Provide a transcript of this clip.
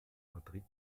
madrid